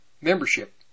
membership